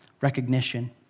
Recognition